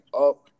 up